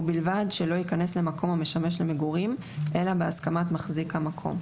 ובלבד שלא ייכנס למקום המשמש למגורים אלא בהסכמת מחזיק המקום.